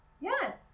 Yes